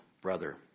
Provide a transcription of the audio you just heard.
brother